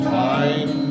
time